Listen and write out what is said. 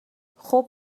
خوب